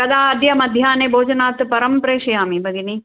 कदा अद्य मध्याह्ने भोजनात् परं प्रेषयामि भगिनि